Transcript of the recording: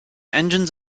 engines